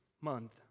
month